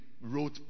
wrote